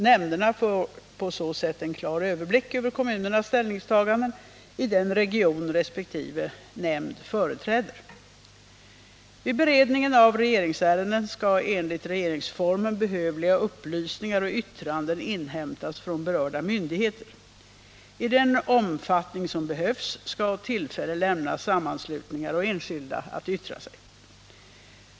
Nämnderna får på så sätt en klar överblick över kommunernas ställningstaganden i den region resp. nämnd företräder. Vid beredningen av regeringsärenden skall enligt regeringsformen behövliga upplysningar och yttranden inhämtas från berörda myndigheter. I den omfattning som behövs skall tillträde lämnas sammanslutningar och enskilda att yttra sig.